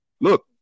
Look